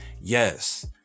yes